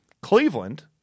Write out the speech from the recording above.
Cleveland